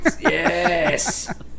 Yes